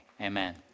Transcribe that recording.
amen